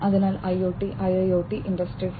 അതിനാൽ IoT IIoT industry 4